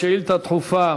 דחופה,